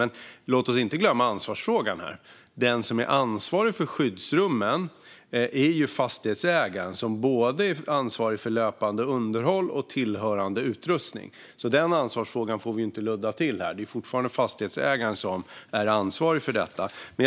Men låt oss inte glömma ansvarsfrågan. Den som är ansvarig för skyddsrummen, både löpande underhåll och tillhörande utrustning, är fastighetsägaren. Denna ansvarsfråga får vi inte ludda till.